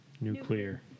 Nuclear